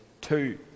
two